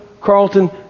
Carlton